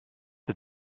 the